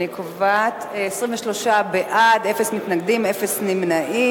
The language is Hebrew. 23 בעד, אפס מתנגדים, אפס נמנעים.